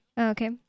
Okay